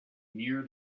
near